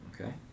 Okay